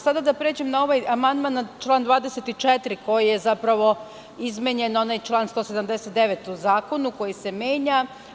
Sada da pređem na ovaj amandman na član 24. koji je zapravo izmenjen onaj član 179. u zakonu, koji se menja.